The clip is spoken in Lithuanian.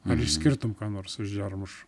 ar išskirtum ką nors iš džermušo